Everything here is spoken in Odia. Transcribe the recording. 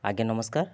ଆଜ୍ଞା ନମସ୍କାର